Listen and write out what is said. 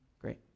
Great